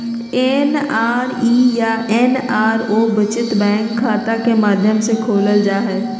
NRE या NRO बचत bank खाता के माध्यम से खोलल जा हइ